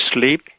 sleep